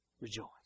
Rejoice